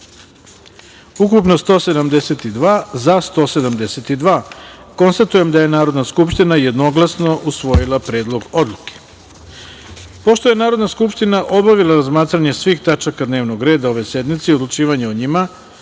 ukupno – 172, za – 172.Konstatujem da je Narodna skupština jednoglasno usvojila Predlog odluke. Pošto je Narodna skupština obavila razmatranje svih tačaka dnevnog reda ove sednice i odlučivanje o njima,